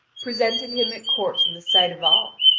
presented him at court in the sight of all,